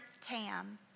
Tam